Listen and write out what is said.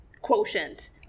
quotient